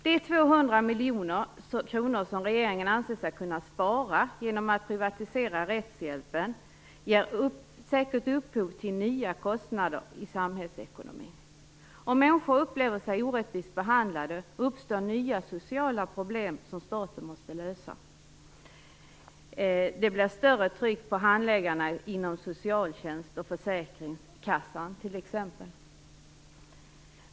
Regeringen anser sig kunna spara 200 miljoner kronor genom att privatisera rättshjälpen, men detta kommer säkert att ge upphov till nya kostnader i samhällsekonomin. Om människor upplever sig vara orättvist behandlade uppstår nya sociala problem som staten måste lösa. Det blir t.ex. större tryck på handläggarna inom socialtjänsten och försäkringskassan.